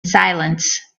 silence